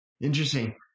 Interesting